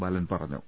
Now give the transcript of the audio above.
ബാലൻ പറഞ്ഞു